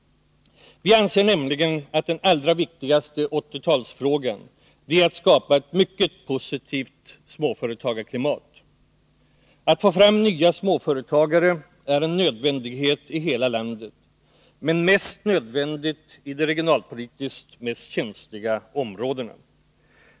Vi anser nämligen att den allra viktigaste 1980-talsfrågan är att skapa ett mycket positivt småföretagsklimat. Att få fram nya småföretagare är en nödvändighet i hela landet, men mest nödvändigt i de regionalpolitiskt mest känsliga områdena.